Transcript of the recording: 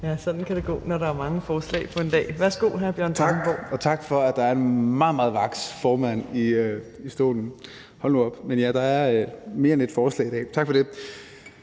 Ja, sådan kan det gå, når der er mange forslag på en dag. Værsgo, hr. Bjørn Brandenborg). Tak, og tak for, at der er en meget, meget vaks formand i stolen. Hold nu op, men der er mere end et forslag i dag. Tak for det.